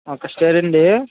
ఒక స్టేరా అండి